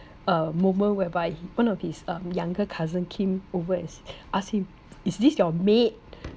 uh moment whereby one of his um younger cousin came over and ask him is this your maid